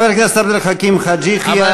חבר הכנסת עבד אל חכים חאג' יחיא.